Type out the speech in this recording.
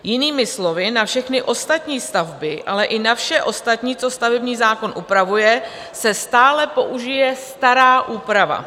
Jinými slovy, na všechny ostatní stavby, ale i na vše ostatní, co stavební zákon upravuje, se stále použije stará úprava.